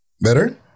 Better